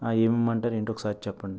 ఏమి ఇవ్వమంటారు ఏంటో ఒకసారి చెప్పండి